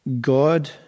God